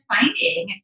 finding